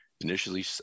Initially